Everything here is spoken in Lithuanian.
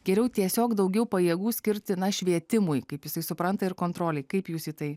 geriau tiesiog daugiau pajėgų skirti na švietimui kaip jisai supranta ir kontrolei kaip jūs į tai